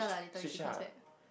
switch ah